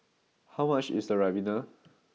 how much is Ribena